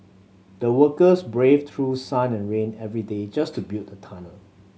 the workers braved through sun and rain every day just to build the tunnel